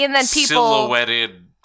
silhouetted